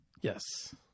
Yes